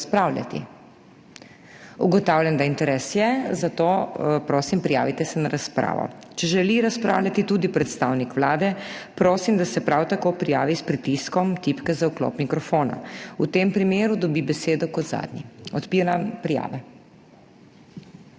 Ugotavljam, da interes je, zato prosim, prijavite se na razpravo. Če želi razpravljati tudi predstavnik Vlade, prosim, da se prav tako prijavi s pritiskom tipke za vklop mikrofona, v tem primeru dobi besedo kot zadnji. Odpiram prijave.